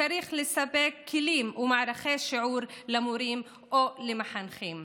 וצריך לספק כלים ומערכי שיעור למורים ולמחנכים.